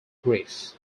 grief